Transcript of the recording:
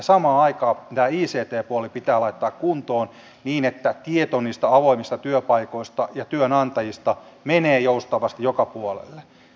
samaan aikaan tämä ict puoli pitää laittaa kuntoon niin että tieto avoimista työpaikoista ja työnantajista menee joustavasti joka puolelle